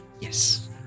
Yes